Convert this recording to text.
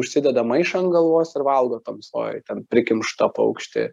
užsideda maišą ant galvos ir valgo tamsoj ten prikimštą paukštį